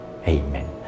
Amen